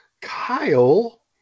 Kyle